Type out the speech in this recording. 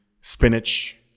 spinach